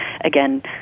again